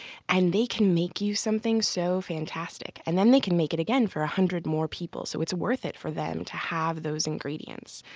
and they can make you something so fantastic, and then they can make it again for one hundred more people. so, it's worth it for them to have those ingredients.